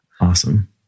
Awesome